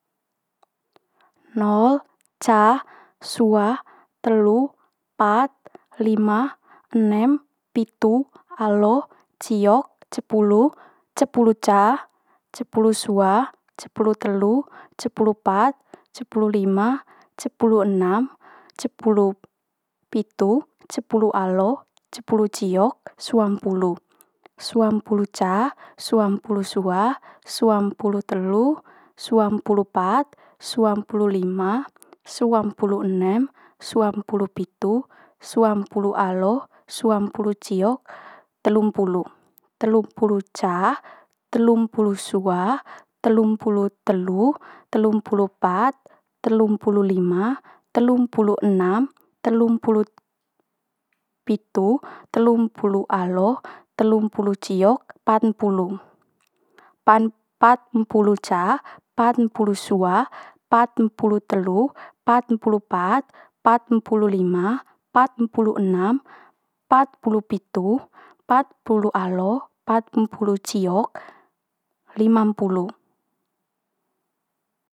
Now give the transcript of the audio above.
Nol ca sua telu pat lima enem pitu alo ciok cepulu. Cepulu ca cepulu sua cepulu telu cepulu pat cepulu lima cepulu enem cepulu pitu cepulu alo cepulu ciok suampulu. Suampulu ca suampulu sua suampulu telu suampulu pat suampulu lima suampulu enem suampulu pitu suampulu alo suampulu ciok telumpulu. Telumpulu ca telumpulu sua telumpulu telu telumpulu pat telumpulu lima telumpulu enem telumpulu pitu telumpulu alo telumpulu ciok patmpulu. Pat- patmpulu ca patmpulu sua patmpulu telu patmpulu pat patmpulu lima patmpulu enem patmpulu pitu patmpulu alo patmpulu ciok limampulu.